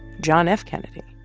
john f. kennedy.